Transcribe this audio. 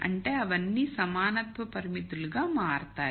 అంటే అవన్నీ సమానత్వ పరిమితులుగా మారతాయి